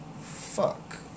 Fuck